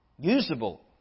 usable